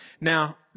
Now